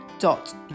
dot